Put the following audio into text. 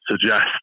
suggest